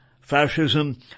fascism